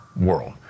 world